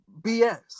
BS